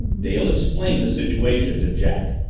dale explained the situation to jack.